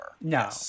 No